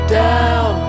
down